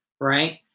right